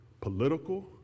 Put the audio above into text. political